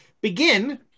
begin